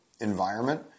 environment